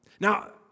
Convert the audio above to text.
Now